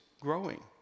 growing